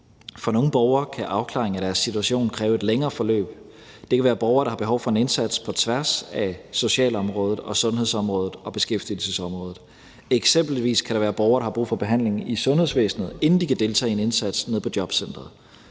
For nogle borgere kan afklaring af deres situation kræve et længere forløb. Det kan være borgere, der har behov for en indsats på tværs af socialområdet og sundhedsområdet og beskæftigelsesområdet. Eksempelvis kan der være borgere, der har brug for behandling i sundhedsvæsenet, inden de kan deltage i en indsats nede på jobcenteret.